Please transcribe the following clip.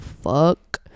fuck